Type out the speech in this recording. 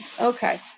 okay